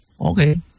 okay